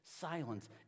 Silence